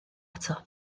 ato